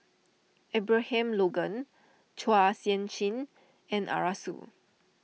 Abraham Logan Chua Sian Chin and Arasu